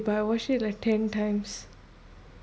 K but I watched it like ten times